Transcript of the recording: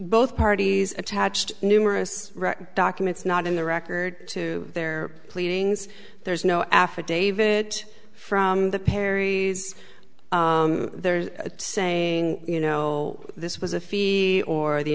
both parties attached numerous documents not in the record to their pleadings there's no affidavit from the perrys there's a saying you know this was a fee or the